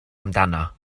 amdano